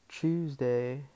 Tuesday